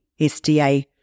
SDA